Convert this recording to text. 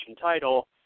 title